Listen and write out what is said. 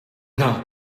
not